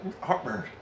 heartburn